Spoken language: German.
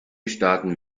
staaten